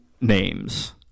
names